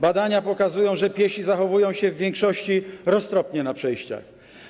Badania pokazują, że piesi zachowują się w większości roztropnie na przejściach.